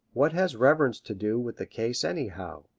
what has reverence to do with the case, anyhow?